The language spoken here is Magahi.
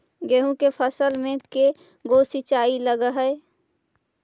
गेहूं के फसल मे के गो सिंचाई लग हय?